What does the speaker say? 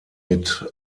mit